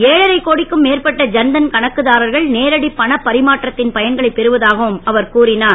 ஏழரைகோடிக்கும் மேற்பட்ட ஜன்தன் கணக்குதாரர்கள் நேரடி பணப்பரிமாற்றத் ன் பயன்களைப் பெறுவதாகவும் அவர் கூறினார்